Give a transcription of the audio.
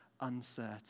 uncertain